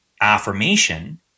affirmation